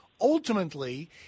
ultimately